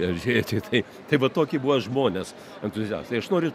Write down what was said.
apžiūrėti tai tai va tokie buvo žmonės entuziastai aš noriu